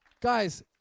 guys